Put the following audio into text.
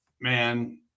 Man